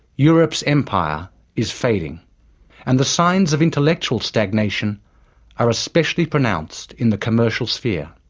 europe's empire is fading and the signs of intellectual stagnation are especially pronounced in the commercial sphere.